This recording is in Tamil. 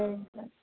சரிங்க சார்